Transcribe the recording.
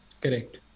Correct